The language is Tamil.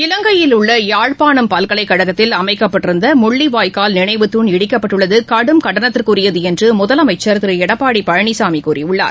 இலங்கையில் உள்ள யாழ்ப்பாணம் பல்கலைக்கழகத்தில் அமைக்கப்பட்டிருந்த முள்ளி வாய்க்கூல் நினைவுத்துண் இடிக்கப்பட்டுள்ளது கடும் கண்டனத்திற்குரியது என்று முதலமைச்சர் திரு எடப்பாடி பழனிசாமி கூறியுள்ளார்